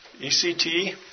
ECT